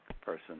person